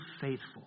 faithful